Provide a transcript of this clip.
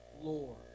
Lord